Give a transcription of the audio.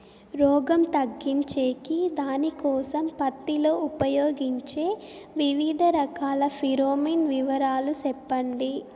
రోగం తగ్గించేకి దానికోసం పత్తి లో ఉపయోగించే వివిధ రకాల ఫిరోమిన్ వివరాలు సెప్పండి